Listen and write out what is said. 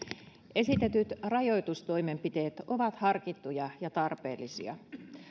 esitetyt rajoitustoimenpiteet ovat harkittuja ja tarpeellisia